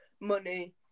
money